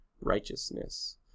righteousness